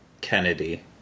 Kennedy